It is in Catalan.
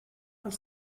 els